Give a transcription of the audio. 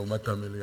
לעומת המליאה.